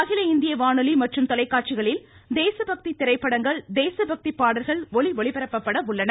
அகில இந்திய வானொலி மற்றும் தொலைக்காட்சிகளில் தேசப்பக்தி திரைப்படங்கள் தேசபக்தி பாடல்கள் ஒளி ஒலிபரப்பப்பட உள்ளன